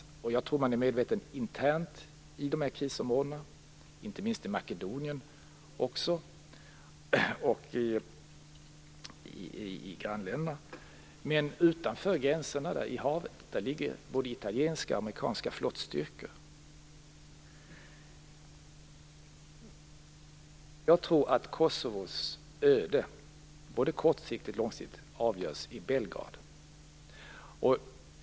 Det tror jag att man är medveten om internt i dessa krisområden, inte minst i Makedonien och i grannländerna. Men utanför gränserna där, i havet, finns både italienska och amerikanska flottstyrkor. Jag tror att Kosovos öde, både kortsiktigt och långsiktigt, avgörs i Belgrad.